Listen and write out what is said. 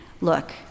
Look